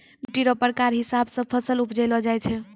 मिट्टी रो प्रकार हिसाब से फसल उपजैलो जाय छै